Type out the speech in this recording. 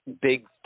big